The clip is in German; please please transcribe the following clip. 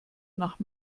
nach